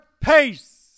Pace